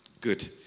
Good